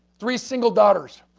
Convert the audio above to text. three single daughters.